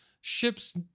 ships